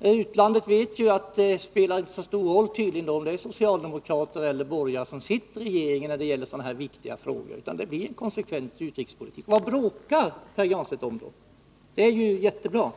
I utlandet vet man att det i sådana här viktiga frågor inte spelar så stor roll, om det är socialdemokrater eller borgare som sitter i regeringen. Det är alltså en konsekvent utrikespolitik som förs. Vad bråkar då Pär Granstedt om? Den förda politiken måste ju vara jättebra.